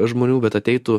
žmonių bet ateitų